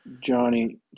Johnny